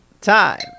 time